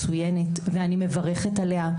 נשמעת מצוינת ואני מברכת עליה.